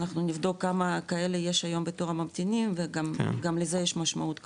אנחנו נבדוק כמה כאלה יש היום בתור הממתינים וגם לזה יש משמעות כמובן.